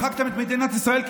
מחקתם כמעט את מדינת ישראל.